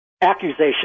accusation